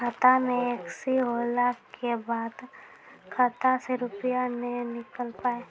खाता मे एकशी होला के बाद खाता से रुपिया ने निकल पाए?